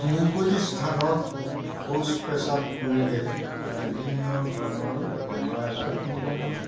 মুকলি স্থানত শৌচ পেচাব কৰিলে বিভিন্ন ধৰণৰ বেমাৰ আজাৰ হ'ব পাৰে